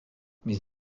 mais